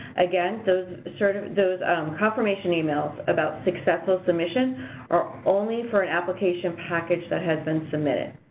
again those, sort of those confirmation emails about successful submission are only for an application package that has been submitted.